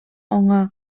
аңа